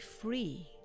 free